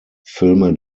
filme